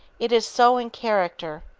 it is so in character.